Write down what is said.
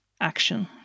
action